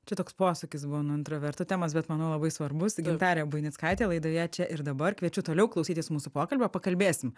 čia toks posūkis buvo nuo intravertų temos bet manau labai svarbus gintarė buinickaitė laidoje čia ir dabar kviečiu toliau klausytis mūsų pokalbio pakalbėsim